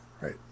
right